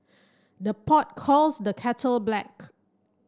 the pot calls the kettle black